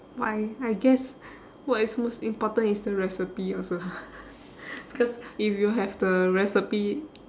my I guess what is most important is the recipe also because if you have the recipe